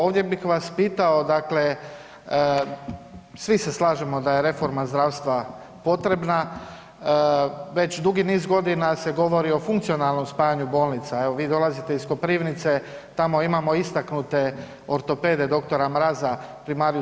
Ovdje bih vas pitao dakle, svi se slažemo da je reforma zdravstva potrebna, već dugi niz godina se govori o funkcionalnom spajanju bolnica, evo vi dolazite iz Koprivnice tamo imamo istaknute ortopede dr. Mraza, prim.